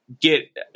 get